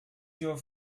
your